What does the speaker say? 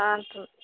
आनठाम